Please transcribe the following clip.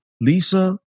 Lisa